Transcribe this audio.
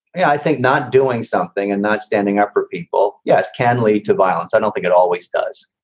i think not doing something and not standing up for people. yes. can lead to violence. i don't think it always does.